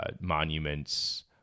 monuments